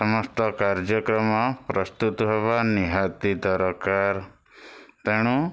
ସମସ୍ତ କାର୍ଯ୍ୟକ୍ରମ ପ୍ରସ୍ତୁତ ହେବା ନିହାତି ଦରକାର ତେଣୁ